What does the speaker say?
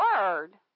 word